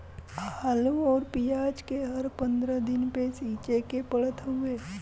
आलू अउरी पियाज के हर पंद्रह दिन पे सींचे के पड़त हवे